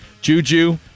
Juju